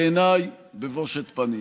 בעיניי, בבושת פנים.